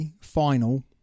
final